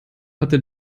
hatte